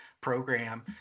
program